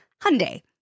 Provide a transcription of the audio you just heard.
Hyundai